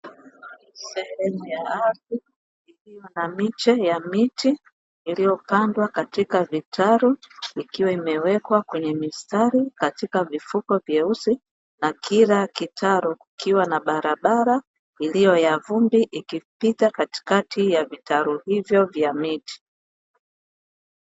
Sehemu ya ardhi ikiwa na miche ya miti iliyopandwa katika vitalu, ikiwa imewekwa kwenye mistari katika vifuko vyeusi, na kila kitalu kikiwa na barabara iliyo ya vumbi ikipita katikati ya vitalu hivyo vya miti.